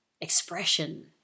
expression